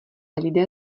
lidé